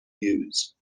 use